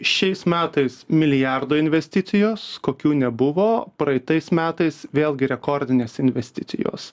šiais metais milijardo investicijos kokių nebuvo praeitais metais vėlgi rekordinės investicijos